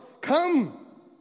come